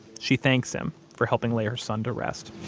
she thanks him for helping lay her son to rest